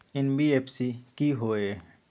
NBFC कि होअ हई?